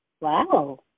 Wow